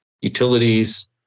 Utilities